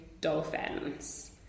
dolphins